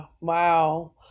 Wow